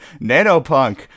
Nanopunk